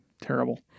Terrible